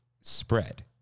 spread